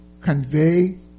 convey